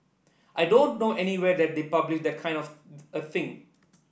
I don't know anywhere that they publish that kind of a thing